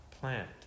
plant